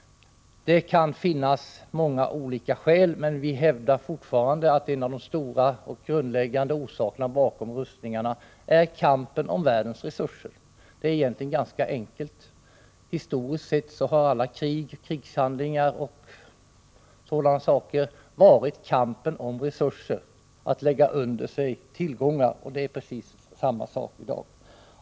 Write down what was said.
Det kan finnas många olika skäl, men vi hävdar att en av de stora och grundläggande orsakerna bakom rustningarna är kampen om världens resurser. Det är egentligen ganska enkelt. Historiskt sett har alla krig, krigshandlingar m.m. varit kamp om resurser, att lägga under sig tillgångar. Det är precis samma sak i dag.